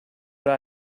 oder